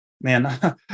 man